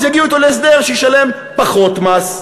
אז יגיעו אתו להסדר שישלם פחות מס.